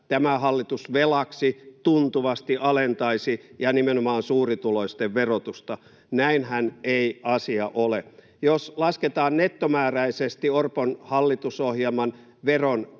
tämä hallitus velaksi tuntuvasti alentaisi, ja nimenomaan suurituloisten, verotusta. Näinhän ei asia ole. Jos lasketaan nettomääräisesti Orpon hallitusohjelman